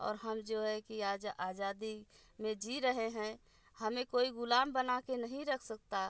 और हम जो है कि आज आज़ादी में जी रहे हैं हमें कोई ग़ुलाम बना के नहीं रख सकता